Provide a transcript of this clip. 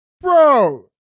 Bro